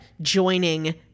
joining